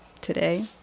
today